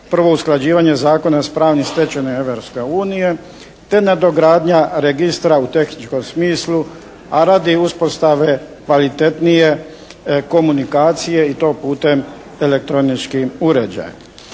Prvo usklađivanje zakona s pravnim stečevinama Europske unije te nadogradnja registra u tehničkom smislu a radi uspostave kvalitetnije komunikacije i to putem elektroničkih uređaja,